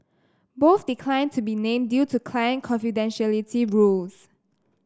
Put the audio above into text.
both declined to be named due to client confidentiality rules